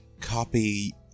copy